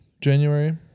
January